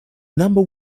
number